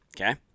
Okay